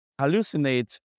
hallucinate